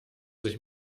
sich